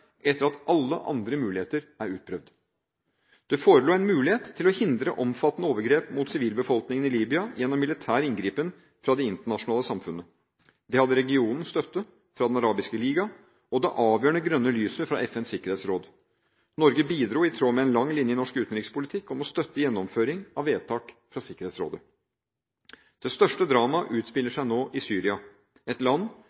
etter at alle andre muligheter er utprøvd. Det forelå en mulighet til å hindre omfattende overgrep mot sivilbefolkningen i Libya gjennom militær inngripen fra det internasjonale samfunnet. Det hadde regionens støtte fra Den arabiske liga og det avgjørende grønne lyset fra FNs sikkerhetsråd. Norge bidro i tråd med en lang linje i norsk utenrikspolitikk til å støtte gjennomføring av vedtak fra Sikkerhetsrådet. Det største dramaet utspiller seg nå i Syria – et land